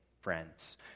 friends